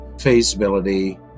feasibility